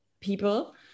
people